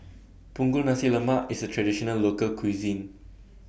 Punggol Nasi Lemak IS A Traditional Local Cuisine